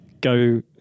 go